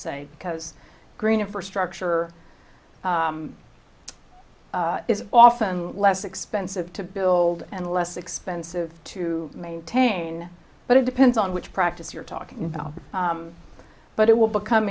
say because green infrastructure is often less expensive to build and less expensive to maintain but it depends on which practice you're talking about but it will become